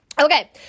Okay